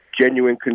genuine